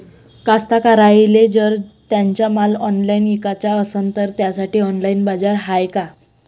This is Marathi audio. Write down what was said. कास्तकाराइले जर त्यांचा माल ऑनलाइन इकाचा असन तर त्यासाठी ऑनलाइन बाजार हाय का?